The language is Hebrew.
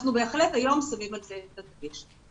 אנחנו בהחלט היום שמים על זה את הדגש.